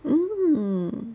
mm